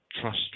trust